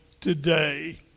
today